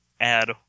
add